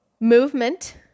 movement